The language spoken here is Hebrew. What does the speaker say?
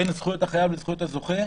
בין זכויות החייב לזכויות הזוכה,